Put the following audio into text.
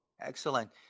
Excellent